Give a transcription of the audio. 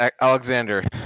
Alexander